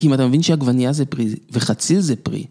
אם אתה מבין שעגבנייה זה פרי וחציל זה פרי.